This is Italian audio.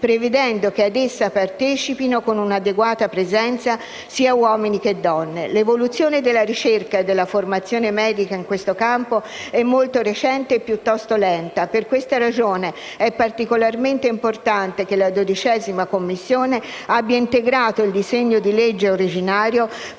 prevedendo che ad essa partecipino con un'adeguata presenza sia donne che uomini. L'evoluzione della ricerca e della formazione medica in questo campo è molto recente e piuttosto lenta. Per questa ragione è particolarmente importante che la 12a Commissione abbia integrato il disegno di legge originario